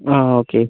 ആ ഓക്കെ